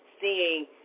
seeing –